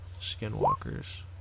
skinwalkers